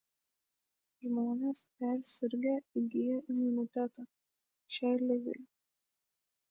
žmonės persirgę įgyja imunitetą šiai ligai